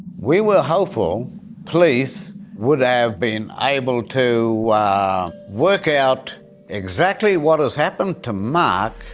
we were hopeful police would have been able to ah work out exactly what has happened to mark.